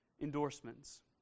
endorsements